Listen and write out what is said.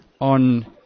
on